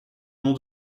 nom